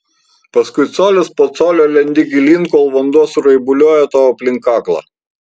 paskui colis po colio lendi gilyn kol vanduo suraibuliuoja tau aplink kaklą